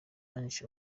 ange